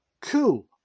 cool